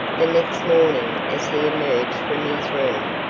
the next morning as he emerged from his room,